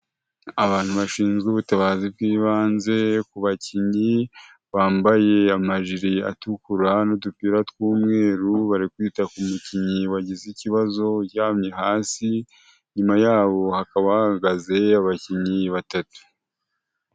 Abantu bashinzwe ubutabazi bw'ibanze ku bakinnyi bambaye amajiri atukura n'udupira tw'umweru, bari kwita ku mukinnyi wagize ikibazo uryamye hasi, inyuma yabo hakaba hahagaze abakinnyi batatu.